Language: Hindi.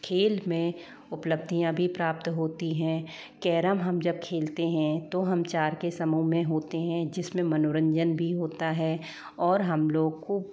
खेल में उपलब्धियाँ भी प्राप्त होती हैं कैरम जब हम खेल हैं तो हम चार के समूह में होते हैं जिसमें मनोरंजन भी होता है और हम लोग को